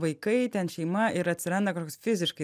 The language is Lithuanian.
vaikai ten šeima ir atsiranda kažkoks fiziškai